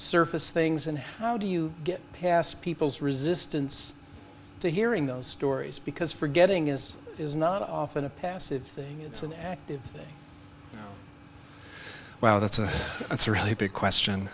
surface things and how do you get past people's resistance to hearing those stories because forgetting is is not often a passive thing it's an active thing wow that's a that's a really big